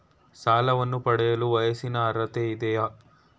ಸಾಲವನ್ನು ಪಡೆಯಲು ವಯಸ್ಸಿನ ಅರ್ಹತೆ ಇದೆಯಾ?